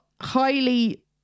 highly